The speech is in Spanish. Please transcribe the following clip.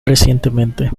recientemente